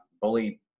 bully